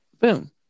Boom